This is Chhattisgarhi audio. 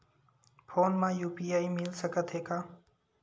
फोन मा यू.पी.आई मिल सकत हे का?